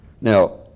Now